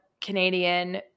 Canadian